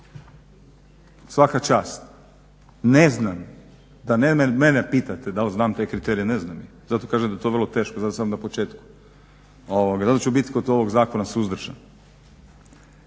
svaka čast. Ne znam, da mene pitate da li znam te kriterije ne znam ih, zato kažem da je to vrlo teško, zato sam na početku, zato ću biti kod ovog zakona suzdržan.